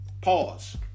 Pause